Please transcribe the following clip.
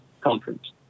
conference